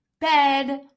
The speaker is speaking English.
bed